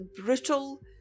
brutal